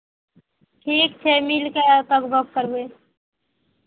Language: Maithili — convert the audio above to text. ठीक छै मिलि कऽ आयब तब गप्प करबै